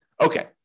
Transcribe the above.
Okay